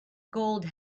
gold